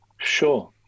Sure